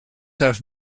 have